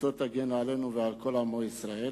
זכותו תגן עלינו ועל כל עמו ישראל.